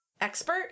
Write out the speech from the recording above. Expert